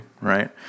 right